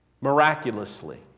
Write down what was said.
miraculously